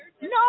No